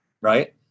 right